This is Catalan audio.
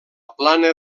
plana